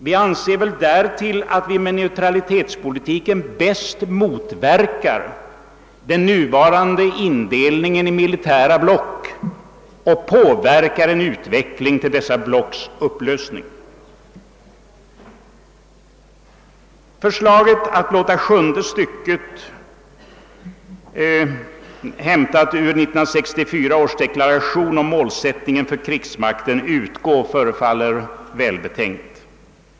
Vi anser väl därtill att vi med neutralitetspolitiken bäst motverkar den nuvarande indelningen i militära block och påverkar utvecklingen mot dessa blocks upplösning. Förslaget att låta tredje stycket i 1964 års deklaration om målsättningen för krigsmakten — återgivet i sjunde stycket på s. 3 i utlåtandet utgå förefaller välbetänkt.